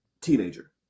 teenager